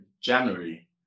january